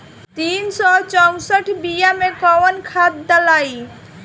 तीन सउ चउसठ बिया मे कौन खाद दलाई?